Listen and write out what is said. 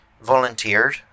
volunteered